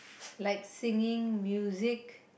like singing music